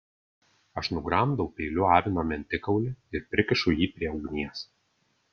aš nugramdau peiliu avino mentikaulį ir prikišu jį prie ugnies